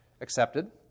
accepted